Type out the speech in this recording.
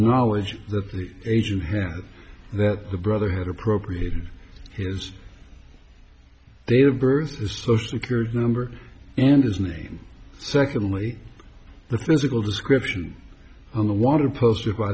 knowledge that free agent him that the brother had appropriated his date of birth a social security number and his name secondly the physical description on the wanted poster by